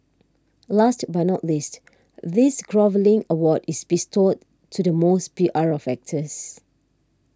last but not least this groveling award is bestowed to the most P R of actors